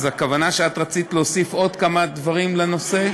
אז הכוונה היא שרצית להוסיף עוד כמה דברים לנושא?